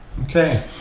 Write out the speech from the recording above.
okay